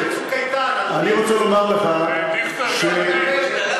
אני התייחסתי לנגמ"ש ב"צוק איתן".